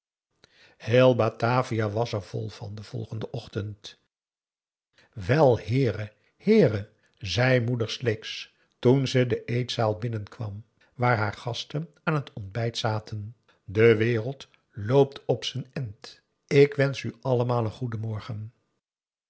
heel batavia was er vol van den volgenden ochtend wel heere heere zei moeder sleeks toen ze de eetzaal binnenkwam waar haar gasten aan het ontbijt zaten de wereld loopt op z'n end ik wensch u allemaal een